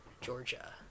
Georgia